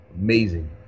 amazing